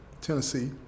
Tennessee